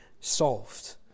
solved